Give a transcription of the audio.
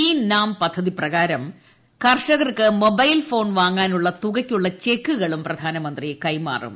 ഈ നാം പദ്ധതി പ്രകാരം കർഷകർക്ക് മൊബൈൽഫോൺ വാങ്ങാനുള്ള തുകയ്ക്കുള്ള ചെക്കുകളും പ്രധാനമന്ത്രി കൈമാറും